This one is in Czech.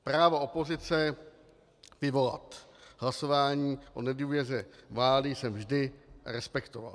Právo opozice vyvolat hlasování o nedůvěře vlády jsem vždy respektoval.